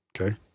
Okay